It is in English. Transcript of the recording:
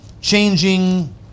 changing